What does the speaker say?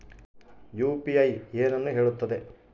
UPI ಏನನ್ನು ಹೇಳುತ್ತದೆ?